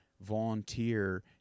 volunteer